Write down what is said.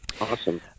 Awesome